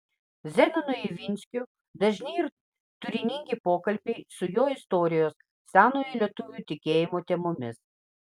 zenonui ivinskiu dažni ir turiningi pokalbiai su juo istorijos senojo lietuvių tikėjimo temomis